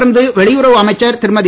தொடர்ந்து வெளியுறவு அமைச்சர் திருமதி